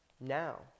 now